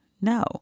No